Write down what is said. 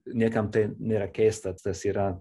niekam tai nėra keista tas yra